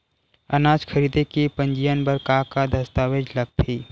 अनाज खरीदे के पंजीयन बर का का दस्तावेज लगथे?